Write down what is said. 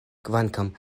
kvankam